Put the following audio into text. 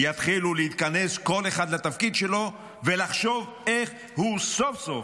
יתחילו להתכנס כל אחד לתפקיד שלו ולחשוב איך הוא סוף-סוף